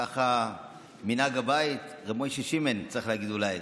ככה מנהג הבית, רב מוישה שימען צריך להגיד, אולי,